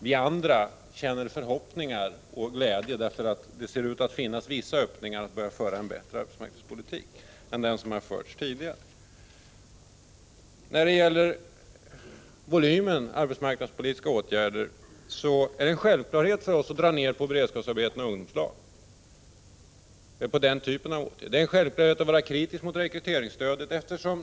Vi andra har förhoppningar och känner glädje, därför att det ser ut att finnas vissa öppningar när det gäller möjligheterna att att börja föra en bättre arbetsmarknadspolitik än den som har förts tidigare. Om volymen vad gäller de arbetsmarknadspolitiska åtgärderna vill jag säga att det är en självklarhet för oss att verksamheten med beredskapsarbeten och ungdomslag skall dras ned. Det gäller också andra åtgärder av den typen. Självfallet skall man vara kritisk till rekryteringsstödet.